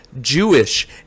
Jewish